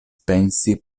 pensi